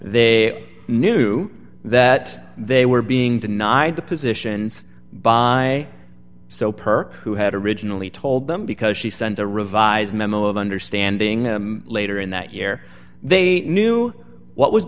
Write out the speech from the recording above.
they knew that they were being denied the positions by so per who had originally told them because she sent a revised memo of understanding later in that year they knew what was